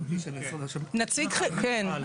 כן.